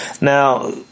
Now